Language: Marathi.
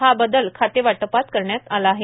हा बदल खातेवाटपात करण्यात आला आहे